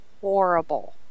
horrible